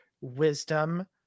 wisdom